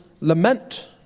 lament